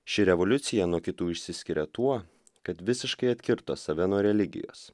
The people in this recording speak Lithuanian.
ši revoliucija nuo kitų išsiskiria tuo kad visiškai atkirto save nuo religijos